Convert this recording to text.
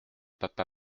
papa